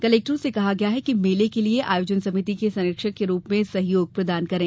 कलेक्टरों से कहा गया है कि मेले के लिये आयोजन समिति के संरक्षक के रूप में सहयोग प्रदान करें